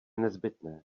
nezbytné